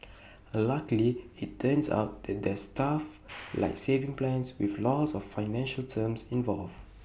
luckily IT turns out that there's stuff like savings plans with lots of financial terms involved